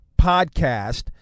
podcast